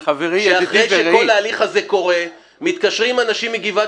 שאחרי שכל ההליך הזה מתקשרים אנשים מגבעת